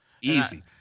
Easy